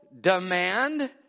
demand